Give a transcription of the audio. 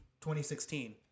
2016